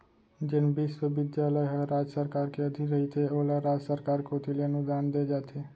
जेन बिस्वबिद्यालय ह राज सरकार के अधीन रहिथे ओला राज सरकार कोती ले अनुदान देय जाथे